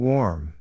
Warm